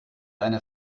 eine